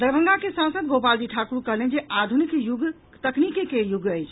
दरभंगा के सांसद गोपालजी ठाकुर कहलनि जे आधुनिक युग के तकनीकी के युग अछि